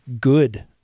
good